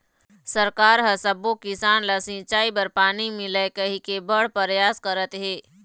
सरकार ह सब्बो किसान ल सिंचई बर पानी मिलय कहिके बड़ परयास करत हे